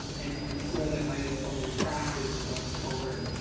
and and where that might inform your practice going forward.